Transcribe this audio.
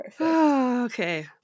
Okay